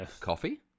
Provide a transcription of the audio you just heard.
Coffee